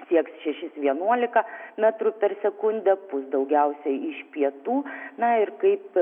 sieks šešis vienuolika metrų per sekundę pūs daugiausiai iš pietų na ir kaip